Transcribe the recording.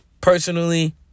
personally